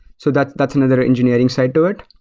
so that's that's another engineering side to it.